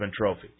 Trophy